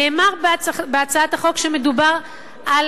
נאמר בהצעת החוק שמדובר על